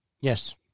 Yes